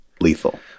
lethal